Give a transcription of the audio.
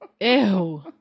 Ew